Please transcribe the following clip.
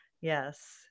yes